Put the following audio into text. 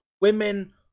Women